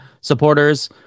supporters